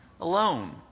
alone